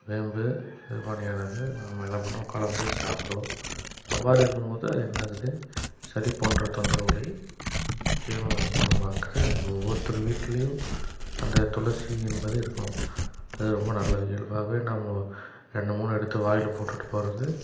வேம்பு நாம என்ன பண்ணுவோம் கலந்து சாப்பிடுவோம் அவ்வாறு இருக்கும்போது அது என்ன ஆகுது சளி போன்ற தொந்தரவுகளை நிச்சியம் குணம் ஆக்குது அது ஒவ்வொருத்தர் வீட்டிலையும் அந்த துளசி என்பது இருக்கணும் அது ரொம்ப நல்லது இயல்பாகவே நம்ம ரெண்டு மூணு எடுத்து வாயில் போட்டுவிட்டு போகறது